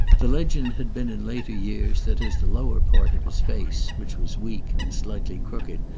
the legend had been in later years that as the lower part of his face, which was weak, and slightly crooked,